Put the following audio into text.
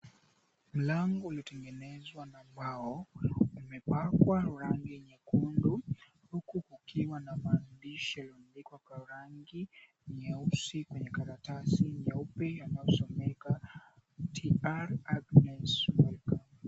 Mlango uliotengenezwa na mbao umepakwa rangi nyekundu huku kukiwa na maandishi yaliyoandikwa na rangi nyeusi kwenye karatasi nyeupe yanayosomeka, Tr. Agnes Welcome.